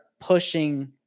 pushing